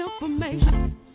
information